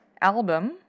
album